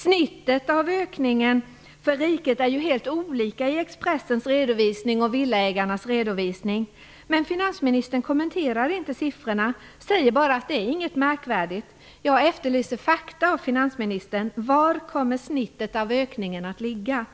Snittet av ökningen för riket är ju helt olika i Expressens redovisning och i Villaägarens redovisning. Men finansministern kommenterar inte siffrorna utan säger bara att det inte är något märkvärdigt. Jag efterlyser fakta av finansministern. Var kommer snittet av ökningen att ligga?